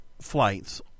flights